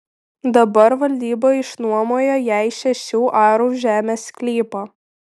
dabar valdyba išnuomojo jai šešių arų žemės sklypą